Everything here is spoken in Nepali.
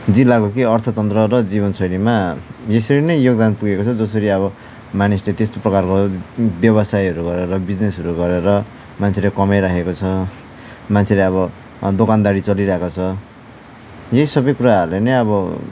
जिल्लाको केही अर्थतन्त्र र जीवनशैलीमा यसरी नै योगदान पुगेको छ जसरी अब मानिसले त्यस्तो प्रकारको व्यवसायहरू गरेर बिजनेसहरू गरेर मान्छेले कमाइराखेको छ मान्छेले अब दोकानदारी चलाइरहेको छ यही सबै कुराहरूले नै अब